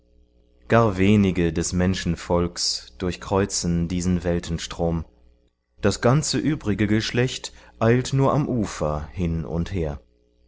gar wenige des menschenvolks durchkreuzen diesen weltenstrom das ganze übrige geschlecht eilt nur am ufer hin und her